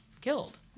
killed